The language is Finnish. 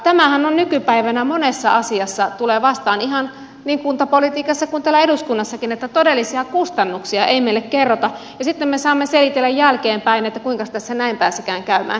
tämähän nykypäivänä monessa asiassa tulee vastaan ihan niin kuntapolitiikassa kuin täällä eduskunnassakin että todellisia kustannuksia ei meille kerrota ja sitten me saamme selitellä jälkeenpäin että kuinkas tässä näin pääsikään käymään